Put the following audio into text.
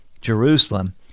Jerusalem